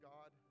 God